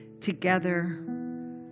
Together